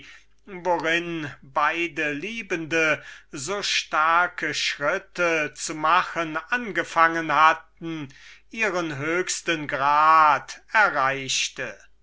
beide so schöne progressen zu machen angefangen hatten ihren höchsten grad erreichte